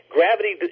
Gravity